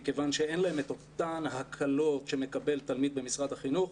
מכיוון שאין להם את אותן ההקלות שמקבל תלמיד במשרד החינוך,